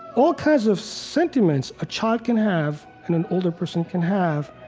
all kinds of sentiments a child can have, and an older person can have,